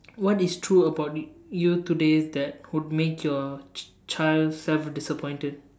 what is true about you today that would make your child self disappointed